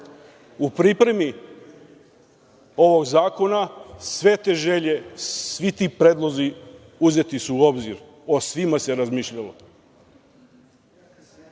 U pripremi ovog zakona sve te želje, svi ti predlozi uzeti su u obzir, o svima se razmišljalo. Pre